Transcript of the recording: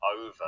over